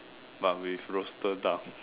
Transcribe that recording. but with roasted duck